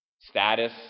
status